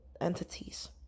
entities